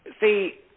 see